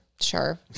Sure